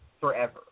forever